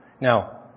Now